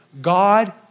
God